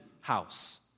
house